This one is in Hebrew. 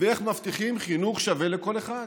ואיך מבטיחים חינוך שווה לכל אחד.